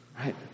Right